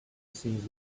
since